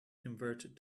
converted